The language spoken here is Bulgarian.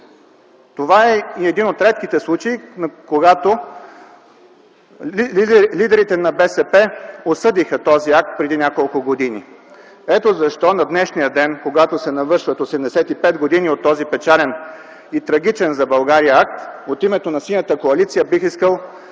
Това е един от редките случаи, когато лидерите на БСП осъдиха този акт преди няколко години. Ето защо днес, когато се навършват 85 години от този печален и трагичен за България акт, от името на Синята коалиция бих искал